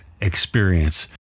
experience